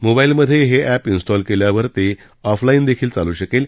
मोबाईलमध्ये हे app install केल्यावर ते ऑफलाईन देखील चालू शकेल